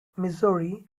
missouri